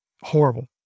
horrible